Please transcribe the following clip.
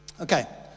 Okay